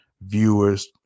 viewers